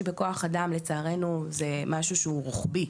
בכוח אדם שלצערנו זה משהו שהוא רוחבי.